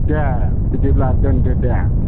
दे बिदिब्ला दोनदो दे